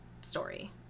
story